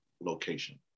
location